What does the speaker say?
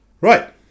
Right